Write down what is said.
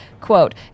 Quote